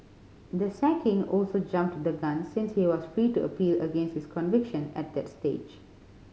the sacking also jumped the gun since he was free to appeal against his conviction at that stage